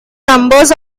numbers